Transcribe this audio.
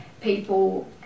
people